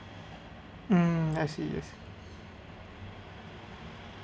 um S_E_S